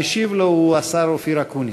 המשיב לו הוא השר אופיר אקוניס.